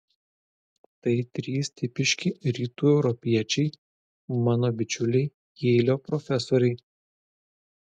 tai trys tipiški rytų europiečiai mano bičiuliai jeilio profesoriai